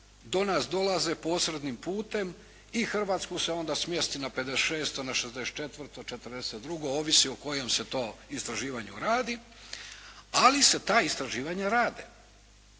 do nas dolaze posrednim putem i Hrvatsku se onda smjesti na 56., na 64., 42. ovisi o kojem se to istraživanju radi, ali se ta istraživanja rade.